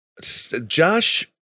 Josh